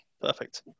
perfect